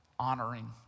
honoring